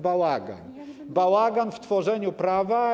Bałagan, bałagan w tworzeniu prawa.